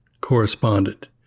correspondent